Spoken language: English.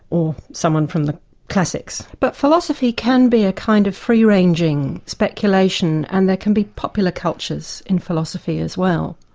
or someone from the classics. but philosophy can be a kind of free ranging speculation and there can be popular cultures in philosophy as well.